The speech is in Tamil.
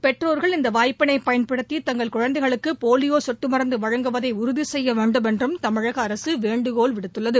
பெற்றோா்கள் இந்த வாய்ப்பினை பயன்படுத்தி தங்கள் குழந்தைகளுக்கு போலியோ சொட்டு மருந்து வழங்குவதை உறுதி செய்ய வேண்டும் என்றும் தமிழக அரசு வேண்டுகோள் விடுத்துள்ளது